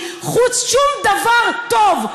שום דבר טוב,